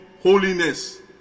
holiness